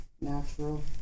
natural